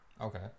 Okay